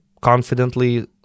confidently